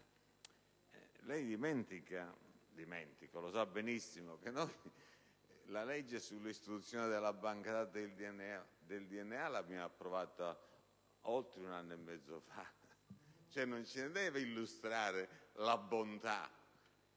per cento, ma lei sa benissimo che la legge sull'istituzione della banca dati del DNA è stata approvata oltre un anno e mezzo fa: non ce ne deve illustrare la bontà,